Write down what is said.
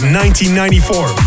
1994